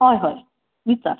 हय हय विचार